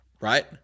Right